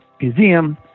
museum